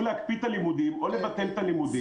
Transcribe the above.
להקפיא את הלימודים או לבטל את הלימודים.